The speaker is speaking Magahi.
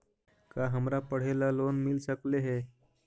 का हमरा पढ़े ल लोन मिल सकले हे?